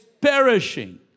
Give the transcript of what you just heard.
perishing